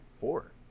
four